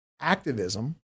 activism